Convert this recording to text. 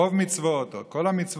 רוב המצוות או כל המצוות.